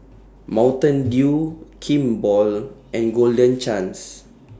Mountain Dew Kimball and Golden Chance